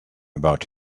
about